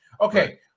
Okay